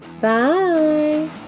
Bye